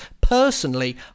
personally